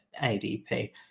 ADP